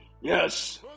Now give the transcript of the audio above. Yes